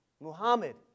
Muhammad